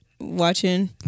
watching